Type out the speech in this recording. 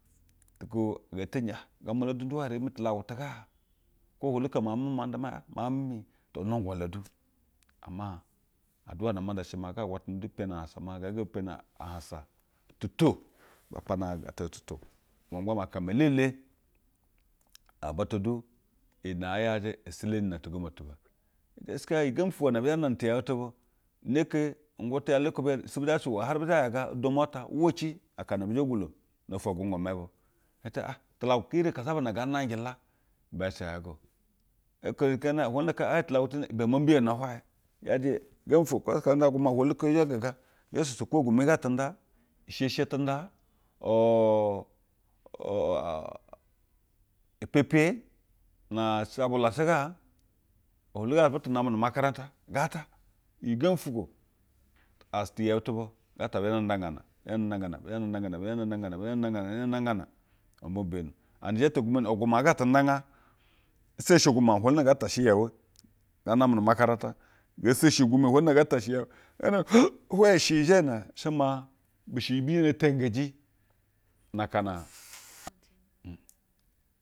Tu ko ngee teyije a a amba la du hg nduwa iri tulagwa te gaa? Po ohwolu ko miauj mimi nda me hiej maiuaj mimitu n-nagwa ladu ama aduwa na ama nda she maa ga agwatana du peni ahansa maa gaa ga bu mpeni ahansa tu to, ba pana a-j ahansa ata tu to. Ma gbaa ma aka me elele aba ate du iyi ne ayajɛ e selenina tugwna ti be. Geskiya iyi gembi fwugwo nebi the zatiyeu tu ba. Inɛɛ ike ugwu tu ala oko bi eri isebwe zhashe bu wo hsre ba yaga udoma ata uwa ci akana bu zhe gwulo no-ofwo agwangwa ma bu be hiej la be sha ga eke aka oko ohwalu ee hiej tulagu te ibe mambiyono hwaye yoje iyi gembi fwugo kwo-akak ga ngaa gwumwa ohwulo kohi zhe gega hio soso ko gumi tatenda isheshe tenda, uu ur upepee, na shabula she gaa, ohwolu ga butu name nu umaka vanta gaa ta iyi gembi fwugwo as iɛ yuɛ tubu gaata abe the na ndagana bi the na ndagana. bi zhe na ngdagna, bi zhe na ndagana bi zhe na ndagana, bi zhe na ndagana, iwe maa bu mbiyono and jete gumo, ugwumo ga tendagana ndeshi ugwuma ohwulo na ngaa ta she yeu, ngaa namɛ nu makarata, ngee seshi gemi ohwolu nangaa ta she yeu, nanati hwe she iyi ijena shemaa bi zhe na teyingeji na aka na.